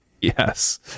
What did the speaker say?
Yes